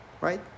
right